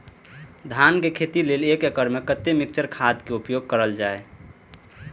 धान के खेती लय एक एकड़ में कते मिक्चर खाद के उपयोग करल जाय?